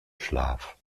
schlaf